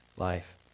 life